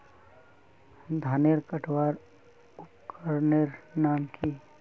धानेर कटवार उपकरनेर नाम की?